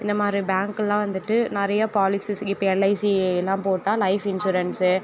இந்தமாதிரி பேங்க்குலாம் வந்துட்டு நிறையா பாலிசிஸ் இப்போ எல்ஐசிலாம் போட்டால் லைஃப் இன்சூரன்ஸு